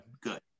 good